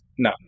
No